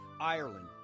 Ireland